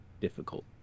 difficult